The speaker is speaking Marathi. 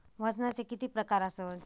वजनाचे किती प्रकार आसत?